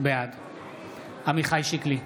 בעד עמיחי שיקלי,